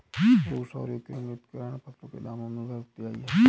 रूस और यूक्रेन युद्ध के कारण फसलों के दाम में बढ़ोतरी आई है